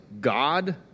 God